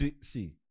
see